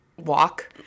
walk